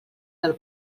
del